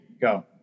go